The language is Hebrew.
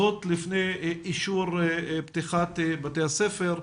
זאת לפני אישור פתיחת בתי הספר,